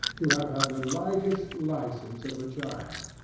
to have had the lightest licence of a child,